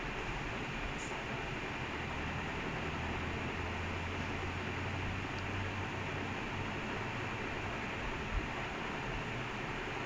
but under under moreno is called he's called like how many goals he scores like also twenty something dude and they call him a flop dude he was so good like under moreno